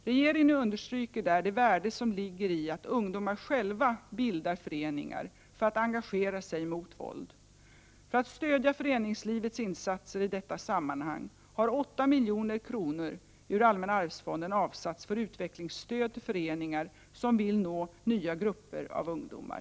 Regeringen understryker där det värde som ligger i att ungdomar själva bildar föreningar för att engagera sig mot våld. För att stödja föreningslivets insatser i detta sammanhang har 8 milj.kr. ur allmänna arvsfonden avsatts för utvecklingsstöd till föreningar som vill nå nya grupper av ungdomar.